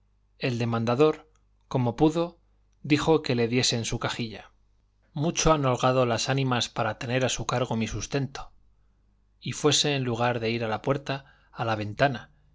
el demandador como pudo dijo que le diesen su cajilla mucho han holgado las ánimas para tener a su cargo mi sustento y fuese en lugar de ir a la puerta a la ventana